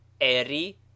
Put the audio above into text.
Eri